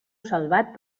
salvat